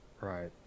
Right